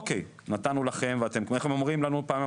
איך הם פעם אמרו?